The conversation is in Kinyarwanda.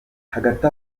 hagati